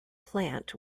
plant